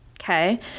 okay